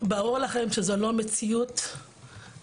ברור לכם שזאת לא מציאות נורמלית,